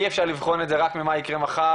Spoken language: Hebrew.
אי אפשר לבחון את זה רק ממה יקרה מחר,